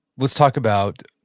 let's talk about